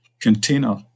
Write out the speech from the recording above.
container